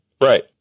Right